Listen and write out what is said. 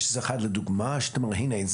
יש לך דוגמה של מודל?